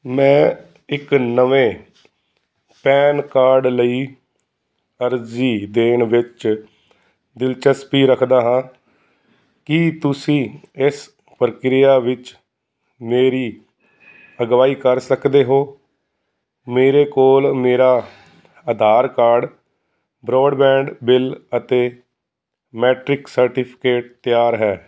ਮੈਂ ਇੱਕ ਨਵੇਂ ਪੈਨ ਕਾਰਡ ਲਈ ਅਰਜ਼ੀ ਦੇਣ ਵਿੱਚ ਦਿਲਚਸਪੀ ਰੱਖਦਾ ਹਾਂ ਕੀ ਤੁਸੀਂ ਇਸ ਪ੍ਰਕਿਰਿਆ ਵਿੱਚ ਮੇਰੀ ਅਗਵਾਈ ਕਰ ਸਕਦੇ ਹੋ ਮੇਰੇ ਕੋਲ ਮੇਰਾ ਆਧਾਰ ਕਾਰਡ ਬ੍ਰੌਡਬੈਂਡ ਬਿੱਲ ਅਤੇ ਮੈਟ੍ਰਿਕ ਸਰਟੀਫਿਕੇਟ ਤਿਆਰ ਹੈ